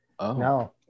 No